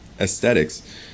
aesthetics